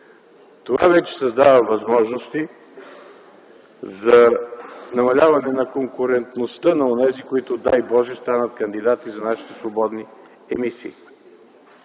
Това вече създава възможности за намаляване на конкурентността на онези, които, дай, боже, станат кандидати за нашите свободни емисии.